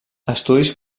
estudis